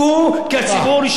כי הציבור ישלם לכם,